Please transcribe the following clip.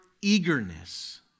eagerness